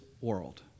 world